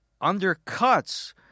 undercuts